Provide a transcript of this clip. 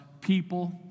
people